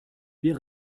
wir